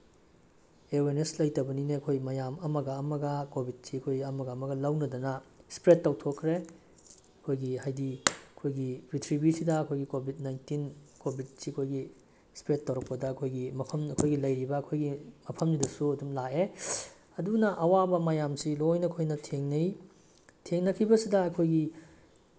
awareness ꯂꯩꯇꯕꯅꯤꯅꯦ ꯑꯩꯈꯣꯏ ꯃꯌꯥꯝ ꯑꯃꯒ ꯑꯃꯒ ꯀꯣꯚꯤꯠꯁꯤ ꯑꯩꯈꯣꯏ ꯑꯃꯒ ꯑꯃꯒ ꯂꯧꯅꯗꯅ ꯏꯁꯄ꯭ꯔꯦꯠ ꯇꯧꯊꯣꯛꯈ꯭ꯔꯦ ꯑꯩꯈꯣꯏꯒꯤ ꯍꯥꯏꯗꯤ ꯑꯩꯈꯣꯏꯒꯤ ꯄ꯭ꯔꯤꯊꯤꯕꯤꯁꯤꯗ ꯑꯩꯈꯣꯏꯒꯤ ꯀꯣꯚꯤꯠ ꯅꯥꯏꯟꯇꯤꯟ ꯀꯣꯚꯤꯠꯁꯤ ꯑꯩꯈꯣꯏꯒꯤ ꯏꯁꯄ꯭ꯔꯦꯠ ꯇꯧꯔꯛꯄꯗ ꯑꯩꯈꯣꯏꯒꯤ ꯃꯐꯝ ꯑꯩꯈꯣꯏꯒꯤ ꯂꯩꯔꯤꯕ ꯑꯩꯈꯣꯏꯒꯤ ꯃꯐꯝꯁꯤꯗꯁꯨ ꯑꯗꯨꯝ ꯂꯥꯛꯑꯦ ꯑꯗꯨꯅ ꯑꯋꯥꯕ ꯃꯌꯥꯝꯁꯤ ꯂꯣꯏꯅ ꯑꯩꯈꯣꯏꯅ ꯊꯦꯡꯅꯩ ꯊꯦꯡꯅꯈꯤꯕꯁꯤꯗ ꯑꯩꯈꯣꯏꯒꯤ